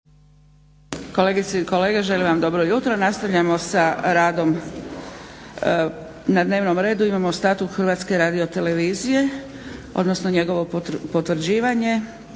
Kolegice i kolege, želim vam dobro jutro! Nastavljamo sa radom. Na dnevnom redu imamo 11. Statut Hrvatske radiotelevizije - potvrđivanje